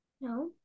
No